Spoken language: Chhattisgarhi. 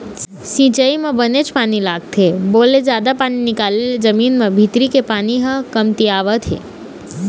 सिंचई म बनेच पानी लागथे, बोर ले जादा पानी निकाले ले जमीन के भीतरी के पानी ह कमतियावत हे